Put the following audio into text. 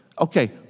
okay